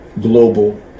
global